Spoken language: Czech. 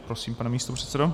Prosím, pane místopředsedo.